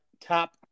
Top